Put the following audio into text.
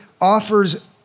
offers